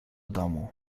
domu